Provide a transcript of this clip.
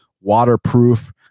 Waterproof